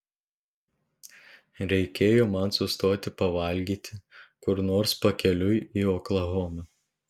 reikėjo man sustoti pavalgyti kur nors pakeliui į oklahomą